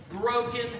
broken